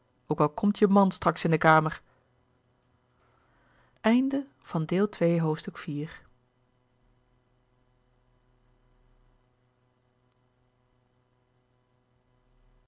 ook al komt je man straks in de kamer